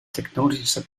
tektonische